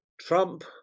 Trump